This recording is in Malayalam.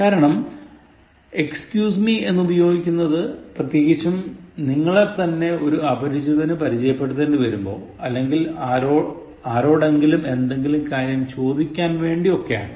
കാരണം excuse me എന്നുപയോഗിക്കുന്നത് പ്രത്യേകിച്ചും നിങ്ങളെത്തന്നെ ഒരു അപരിചിതന് പരിചയപ്പെടുത്തേണ്ടി വരുമ്പോൾ അല്ലെങ്കിൽ ആരോടെങ്കിലും എന്തെങ്കിലും കാര്യം ചോദിക്കാൻ വേണ്ടി ഒക്കെയാണ്